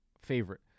favorite